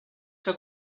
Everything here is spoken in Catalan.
que